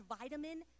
vitamin